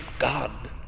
God